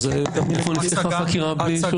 איפה נפתחה חקירה בלי אישור?